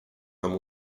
nam